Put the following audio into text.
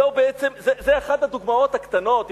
זו בעצם, זו אחת הדוגמאות הקטנות.